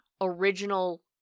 original